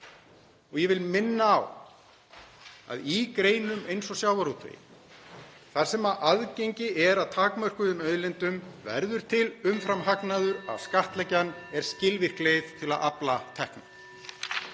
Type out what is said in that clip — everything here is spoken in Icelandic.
Og ég vil minna á að í greinum eins og sjávarútvegi, þar sem aðgengi er að takmörkuðum auðlindum, verður til umframhagnaður og að skattleggja hann er skilvirk leið til að afla tekna.